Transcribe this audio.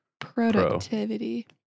Productivity